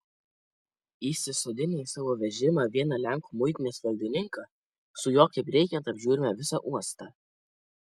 įsisodinę į savo vežimą vieną lenkų muitinės valdininką su juo kaip reikiant apžiūrime visą uostą